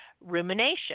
rumination